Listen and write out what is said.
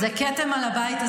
זה כתם על הבית.